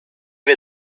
wie